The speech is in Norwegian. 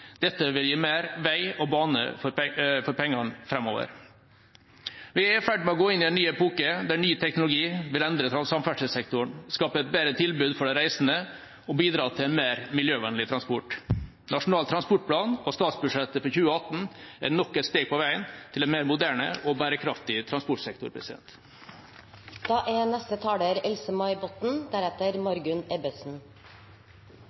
Dette vil gi mer vei og bane for pengene framover. Vi er i ferd med å gå inn i en ny epoke, der ny teknologi vil endre samferdselssektoren, skape et bedre tilbud for de reisende og bidra til en mer miljøvennlig transport. Nasjonal transportplan og statsbudsjettet for 2018 er nok et steg på veien til en mer moderne og bærekraftig transportsektor. Vi som er